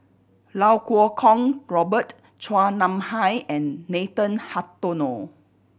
Lau Kuo Kwong Robert Chua Nam Hai and Nathan Hartono